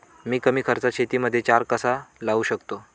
मी कमी खर्चात शेतीमध्ये चारा कसा लावू शकतो?